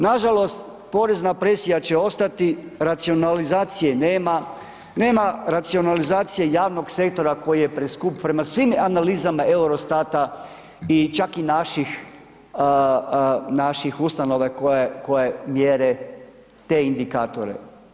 Nažalost, porezna presija će ostati, racionalizacije nema, nema racionalizacije javnog sektora koji je preskup prema svim analizama Eurostata i čak i naših, naših ustanova koje, koje mjere te indikatore.